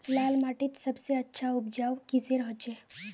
लाल माटित सबसे अच्छा उपजाऊ किसेर होचए?